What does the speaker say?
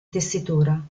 tessitura